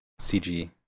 CG